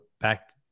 back